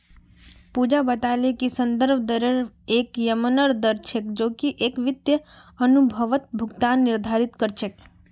पूजा बताले कि संदर्भ दरेर एक यममन दर छेक जो की एक वित्तीय अनुबंधत भुगतान निर्धारित कर छेक